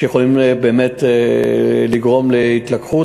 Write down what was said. שיכולים לגרום להתלקחות,